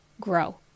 grow